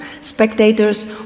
spectators